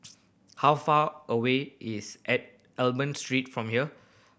how far away is Almond Street from here